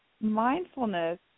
mindfulness